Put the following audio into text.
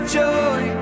joy